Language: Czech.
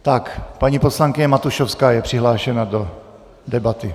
Tak paní poslankyně Matušovská je přihlášena do debaty.